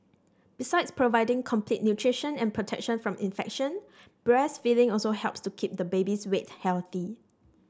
besides providing complete nutrition and protection from infection breastfeeding also helps to keep the baby's weight healthy